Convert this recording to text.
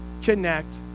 connect